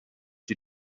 die